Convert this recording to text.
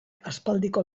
aspaldiko